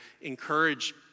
encourage